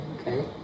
okay